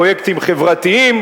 פרויקטים חברתיים,